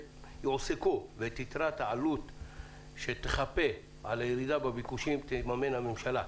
ואת יתרת העלות שתחפה על הירידה בביקושים תממן הממשלה.